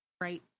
Right